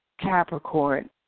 Capricorn